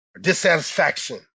dissatisfaction